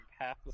half